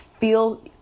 feel